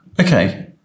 Okay